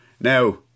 Now